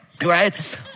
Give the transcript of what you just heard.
Right